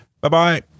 Bye-bye